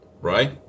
Right